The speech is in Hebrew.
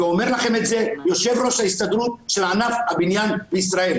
ואומר לכם את זה יושב ראש ההסתדרות של ענף הבניין בישראל.